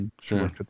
sure